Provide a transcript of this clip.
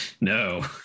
No